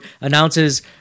announces